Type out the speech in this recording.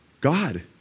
God